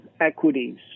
equities